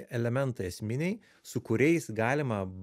elementai esminiai su kuriais galima